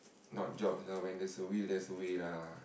not jobs lah when there's a will there's a way lah